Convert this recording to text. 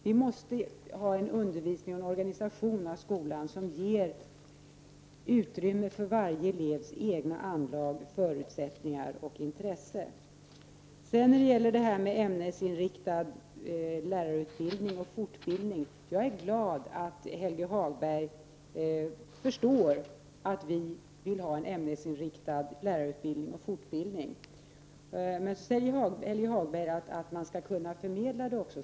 Vi måste ha en undervisning och en organisation av skolan som ger utrymme för varje elevs egna anlag, förutsättningar och intressen. Jag är glad över att Helge Hagberg förstår att vi vill ha en ämnesinriktad lärarutbildning och fortbildning, men sedan säger Helge Hagberg att man också skall kunna förmedla detta.